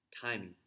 timing